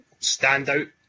standout